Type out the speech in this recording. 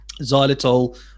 xylitol